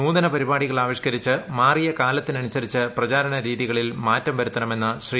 നൂതന പരിപാടികൾ ആവിഷ്കരിച്ച് മാറിയ കാലത്തിനനുസരിച്ച് പ്രചാരണ രീതികളിൽ മാറ്റം വരുത്തണമെന്ന് ശ്രീ